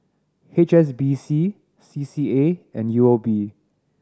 H S B C C C A and U O B